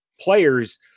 players